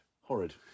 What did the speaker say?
Horrid